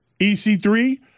EC3